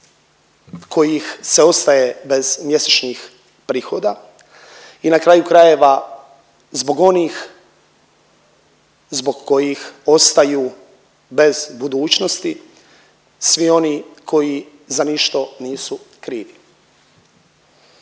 kojih se ostaje bez mjesečnih prihoda i, na kraju krajeva zbog onih zbog kojih ostaju bez budućnosti, svi oni koji za ništo nisu krivi.